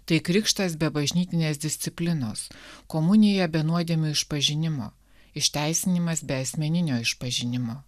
tai krikštas be bažnytinės disciplinos komunija be nuodėmių išpažinimo išteisinimas be asmeninio išpažinimo